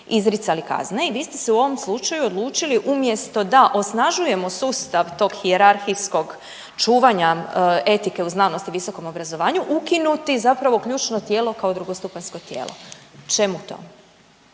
izricali kazne i vi ste se u ovom slučaju odlučili umjesto da osnažujemo sustav tog hijerarhijskog čuvanja etike u znanosti i visokom obrazovanju ukinuti zapravo ključno tijelo kao drugostupanjsko tijelo, čemu to,